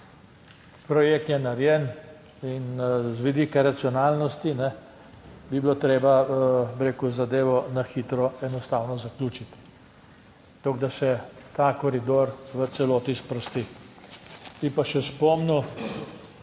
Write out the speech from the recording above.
Projekt je narejen in z vidika racionalnosti bi bilo treba, bi rekel, zadevo na hitro enostavno zaključiti tako, da se ta koridor v celoti sprosti. Bi pa še spomnil,